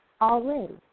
already